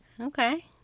Okay